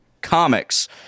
comics